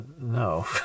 No